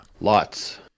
Lots